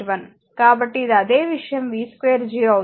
కాబట్టి ఇది అదే విషయం v 2G అవుతుంది